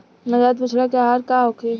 नवजात बछड़ा के आहार का होखे?